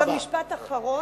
משפט אחרון.